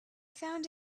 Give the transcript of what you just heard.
found